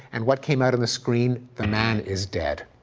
and what came out on the screen, the man is dead.